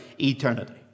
eternity